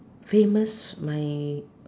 famous my